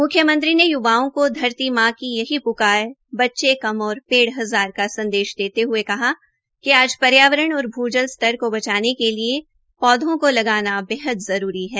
मुख्यमंत्री ने य्वाओं को धरती मां की यही प्कार बच्चे कम और पेड़ हजार का संदेश देते हुए कहा कि आज पर्यावरण और भूजल स्तर को बचाने के लिए पौधों को लगाना बहत जरुरी है